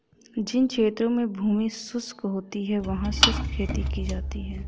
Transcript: जिन क्षेत्रों में भूमि शुष्क होती है वहां शुष्क खेती की जाती है